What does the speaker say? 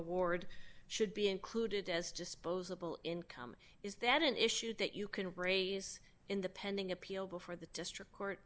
award should be included as disposable income is that an issue that you can raise in the pending appeal before the district court